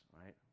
right